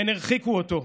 הן הרחיקו אותו.